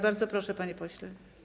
Bardzo proszę, panie pośle.